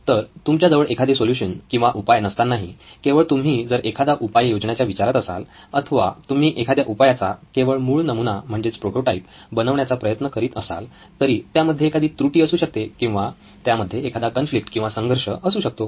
तर तुमच्या जवळ एखादे सोल्युशन किंवा उपाय नसतानाही केवळ तुम्ही जर एखादा उपाय योजण्याच्या विचारात असाल अथवा तुम्ही एखाद्या उपायाचा केवळ मूळ नमुना म्हणजेच प्रोटोटाइप बनवण्याचा प्रयत्न करीत असाल तरी त्यामध्ये एखादी त्रुटी असू शकते किंवा त्यामध्ये एखादा कॉन्फ्लिक्ट किंवा संघर्ष असू शकतो